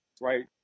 right